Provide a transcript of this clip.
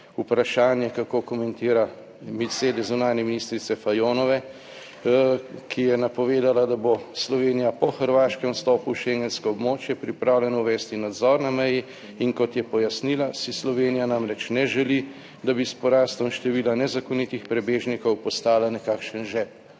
vprašanje, kako komentira ambicije zunanje ministrice Fajonove, ki je napovedala, da bo Slovenija po hrvaškem vstopu v schengensko območje pripravljena uvesti nadzor na meji in, kot je pojasnila, si Slovenija namreč ne želi, da bi s porastom števila nezakonitih prebežnikov postala nekakšen žep.